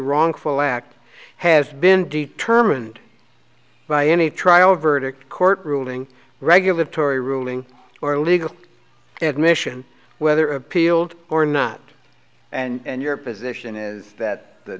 wrongful act has been determined by any trial verdict court ruling regulatory ruling or legal admission whether appealed or not and your position is that the